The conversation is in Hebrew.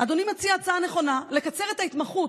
אדוני מציע הצעה נכונה, לקצר את ההתמחות